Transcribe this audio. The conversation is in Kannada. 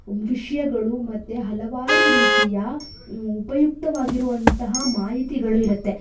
ವಿಷಯಗಳು ಮತ್ತು ಹಲವಾರು ರೀತಿಯ ಉಪಯುಕ್ತವಾಗಿರುವಂತಹ ಮಾಹಿತಿಗಳು ಇರತ್ತೆ